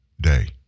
day